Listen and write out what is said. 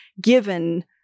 given